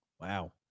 wow